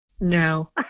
No